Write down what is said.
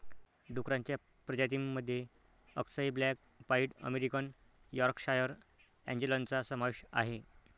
डुक्करांच्या प्रजातीं मध्ये अक्साई ब्लॅक पाईड अमेरिकन यॉर्कशायर अँजेलॉनचा समावेश आहे